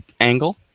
angle